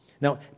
Now